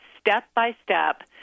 step-by-step